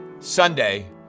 Sunday